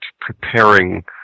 preparing